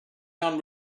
done